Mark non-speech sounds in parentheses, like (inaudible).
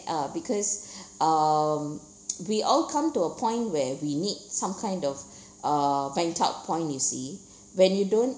uh because (breath) um (noise) we all come to a point where we need some kind of (breath) uh vent out point you see when you don't